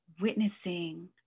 Witnessing